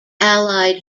allied